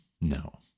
No